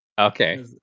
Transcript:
okay